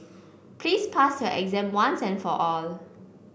please pass your exam once and for all